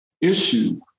issue